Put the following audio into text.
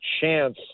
chance